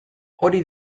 hori